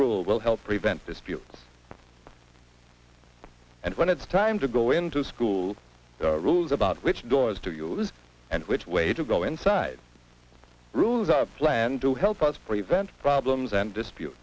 rules will help prevent disputes and when it's time to go into school rules about which doors to use and which way to go inside rules are planned to help us prevent problems and dispute